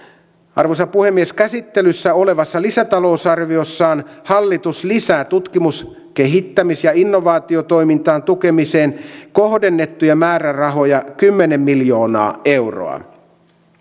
arvoisa puhemies käsittelyssä olevassa lisätalousarviossaan hallitus lisää tutkimus kehittämis ja innovaatiotoiminnan tukemiseen kohdennettuja määrärahoja kymmenen miljoonaa euroa